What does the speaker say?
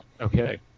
Okay